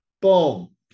boom